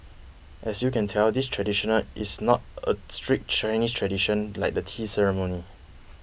as you can tell this traditional is not a strict Chinese tradition like the tea ceremony